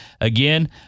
Again